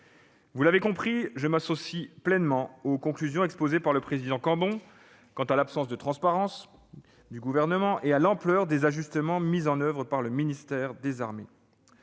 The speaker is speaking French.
Vous l'aurez compris, je m'associe pleinement aux conclusions exposées par le président Cambon quant à l'absence de transparence du Gouvernement et à l'ampleur des ajustements mis en oeuvre par la ministre des armées.